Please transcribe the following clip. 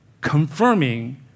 confirming